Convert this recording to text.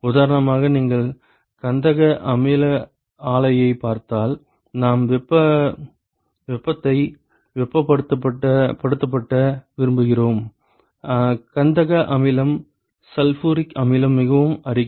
உதாரணமாக நீங்கள் கந்தக அமில ஆலையைப் பார்த்தால் நாம் வெப்பத்தை வெப்பப்படுத்த விரும்புகிறோம் கந்தக அமிலம் சல்பூரிக் அமிலம் மிகவும் அரிக்கும்